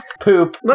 poop